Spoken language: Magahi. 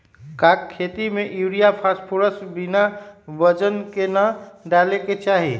का खेती में यूरिया फास्फोरस बिना वजन के न डाले के चाहि?